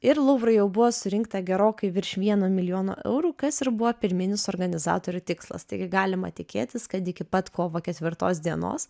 ir luvrui jau buvo surinkta gerokai virš vieno milijono eurų kas ir buvo pirminis organizatorių tikslas taigi galima tikėtis kad iki pat kovo ketvirtos dienos